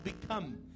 become